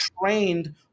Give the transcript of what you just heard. trained